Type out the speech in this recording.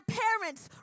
parents